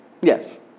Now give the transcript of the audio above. Yes